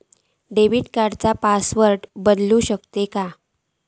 Debit कार्डचो password बदलु शकतव काय?